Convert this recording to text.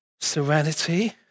Serenity